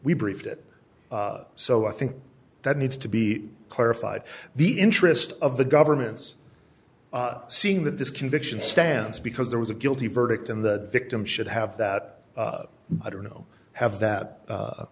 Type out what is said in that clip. we briefed it so i think that needs to be clarified the interest of the governments seem that this conviction stands because there was a guilty verdict in the victim should have that i don't know have that